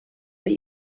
that